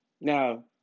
Now